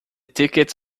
tickets